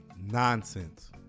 Nonsense